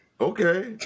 Okay